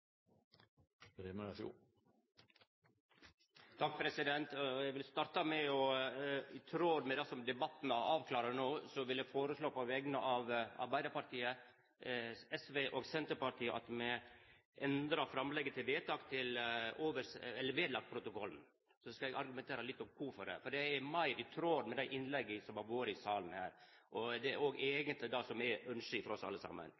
vegner av Arbeidarpartiet, SV og Senterpartiet at me endrar framlegget til vedtak til at det blir vedlagt protokollen. Så skal eg argumentera litt for kvifor det, sidan det er meir i tråd med dei innlegga som har vore i salen her, og det er òg eigentleg det alle saman ynskjer. Eg er naturlegvis glad for at representanten Skei Grande les Arbeidarpartiet sine forslag til programformuleringar. Det bør ho fortsetja med – det er mange gode tips i